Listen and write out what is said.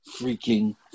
freaking